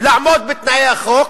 לעמוד בתנאי החוק,